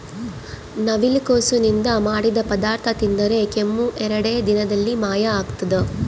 ನವಿಲುಕೋಸು ನಿಂದ ಮಾಡಿದ ಪದಾರ್ಥ ತಿಂದರೆ ಕೆಮ್ಮು ಎರಡೇ ದಿನದಲ್ಲಿ ಮಾಯ ಆಗ್ತದ